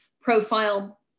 profile